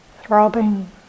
throbbing